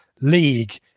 League